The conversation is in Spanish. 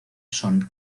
son